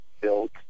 built